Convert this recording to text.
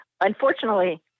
unfortunately